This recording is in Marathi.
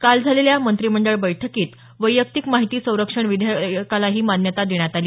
काल झालेल्या मंत्रिमंडळ बैठकीत वैयक्तिक माहिती संरक्षण विधेयकालाही मान्यता देण्यात आली